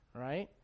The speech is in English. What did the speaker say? Right